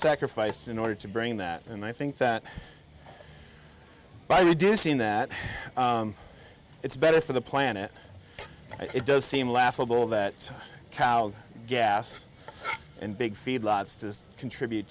sacrificed in order to bring that and i think that by reducing that it's better for the planet it does seem laughable that coude gas and big feedlots does contribute